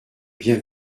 bien